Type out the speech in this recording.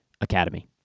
academy